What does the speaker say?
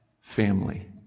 family